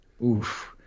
Oof